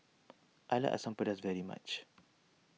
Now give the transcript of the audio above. I like Asam Pedas very much